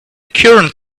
current